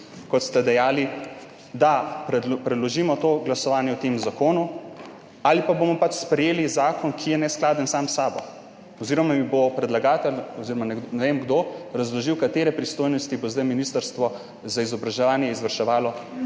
kot ste dejali, da preložimo to glasovanje o tem zakonu ali pa bomo pač sprejeli zakon, ki je neskladen sam s sabo oziroma mi bo predlagatelj oziroma ne vem kdo, razložil, katere pristojnosti bo zdaj Ministrstvo za izobraževanje izvrševalo